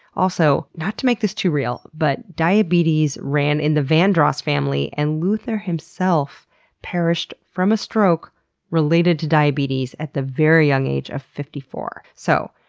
also, not to make this too real, but diabetes ran in the vandross family and luther himself perished from a stroke related to diabetes at the very young age of fifty four. so,